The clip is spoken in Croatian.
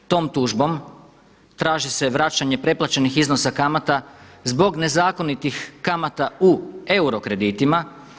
Tom tužbom traži se vraćanje preplaćenih iznosa kamata zbog nezakonitih kamata u euro kreditima.